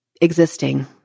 existing